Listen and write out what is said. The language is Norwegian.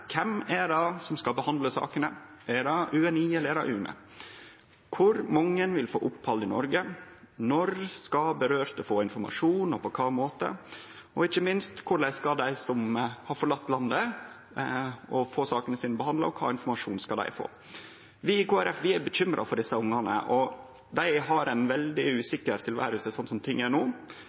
Kven er det som skal behandle sakene? Er det UDI eller er det UNE? Kor mange vil få opphald i Noreg? Når skal dei det gjeld, få informasjon, og på kva måte? Og ikkje minst: Korleis skal dei som har forlate landet, få sakene sine behandla, og kva informasjon skal dei få? Vi i Kristeleg Folkeparti er bekymra for desse ungane. Dei har eit veldig usikkert tilvære slik som ting er no.